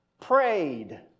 prayed